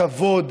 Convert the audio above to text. הכבוד,